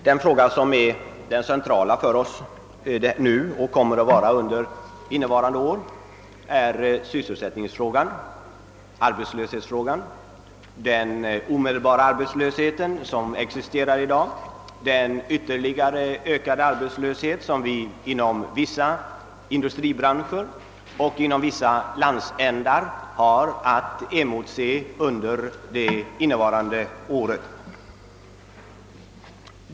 Den fråga som är den centrala för oss nu och som kommer att vara det under innevarande år är sysselsättningsfrågan, arbetslöshetsfrågan, frågan om den omedelbara arbetslöshet som existerar i dag; om den yvtterligare ökade arbetslöshet som vi inom vissa industribranscher "och inom vissa landsändar har att emotse under det innevarande året.